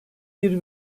bir